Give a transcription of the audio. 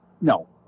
No